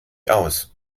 aus